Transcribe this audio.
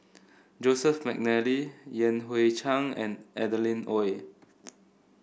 Joseph McNally Yan Hui Chang and Adeline Ooi